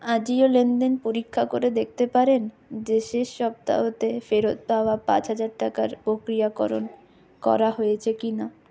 আজিও লেনদেন পরীক্ষা করে দেখতে পারেন যে শেষ সপ্তাহতে ফেরত পাওয়া পাঁচ হাজার টাকার প্রক্রিয়াকরণ করা হয়েছে কিনা